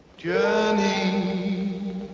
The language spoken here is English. Journey